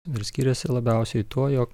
ir skiriasi labiausiai tuo jog